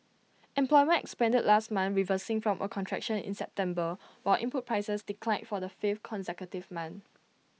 employment expanded last month reversing from A contraction in September while input prices declined for the fifth consecutive month